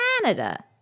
Canada